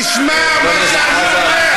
תתבייש לך.